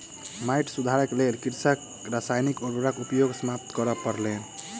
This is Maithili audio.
माइट सुधारक लेल कृषकक रासायनिक उर्वरक उपयोग समाप्त करअ पड़लैन